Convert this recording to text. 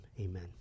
amen